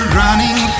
running